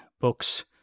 books